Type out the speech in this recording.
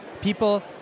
People